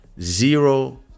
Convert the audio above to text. Zero